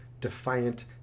defiant